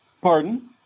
Pardon